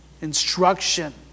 Instruction